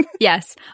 Yes